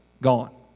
gone